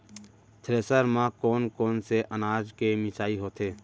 Thresher म कोन कोन से अनाज के मिसाई होथे?